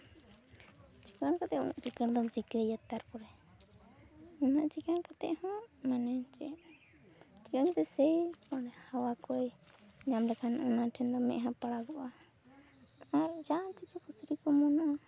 ᱪᱤᱠᱟᱹᱬ ᱠᱟᱛᱮ ᱩᱱᱟᱹᱜ ᱪᱤᱠᱟᱹᱬ ᱫᱚᱢ ᱪᱤᱠᱟᱹᱭᱟ ᱛᱟᱨᱯᱚᱨᱮ ᱩᱱᱟᱹᱜ ᱪᱤᱠᱟᱹᱬ ᱠᱟᱛᱮ ᱦᱚᱸ ᱢᱟᱱᱮ ᱪᱮᱫ ᱪᱤᱠᱟᱹᱬ ᱫᱚ ᱥᱮᱭ ᱦᱟᱣᱟ ᱠᱚᱭ ᱧᱟᱢ ᱞᱮᱠᱷᱟᱱ ᱚᱱᱟ ᱴᱷᱮᱱ ᱫᱚ ᱢᱮᱫᱼᱦᱟᱸ ᱯᱟᱲᱟᱜᱚᱜᱼᱟ ᱚᱱᱟᱜᱮ ᱡᱟ ᱪᱤᱠᱟᱹ ᱯᱩᱥᱨᱤ ᱠᱚ ᱚᱢᱚᱱᱚᱜᱼᱟ